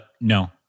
No